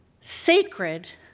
sacred